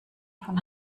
von